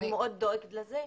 אני מאוד דואגת לזה,